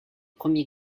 premier